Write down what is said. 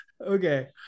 okay